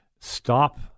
stop